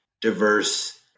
diverse